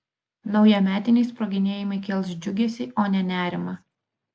naujametiniai sproginėjimai kels džiugesį o ne nerimą